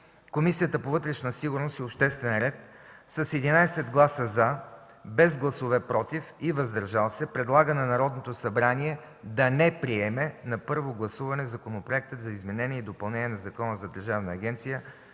Комисията по вътрешна сигурност и обществен ред с 11 гласа „за”, без гласове „против” и „въздържал се” предлага на Народното събрание да не приеме на първо гласуване Законопроект за изменение и допълнение на Закона за Държавна агенция